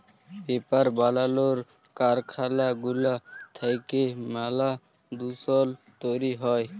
paper বালালর কারখালা গুলা থ্যাইকে ম্যালা দুষল তৈরি হ্যয়